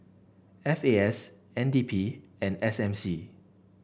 F A S N D P and S M C